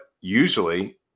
usually